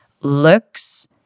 looks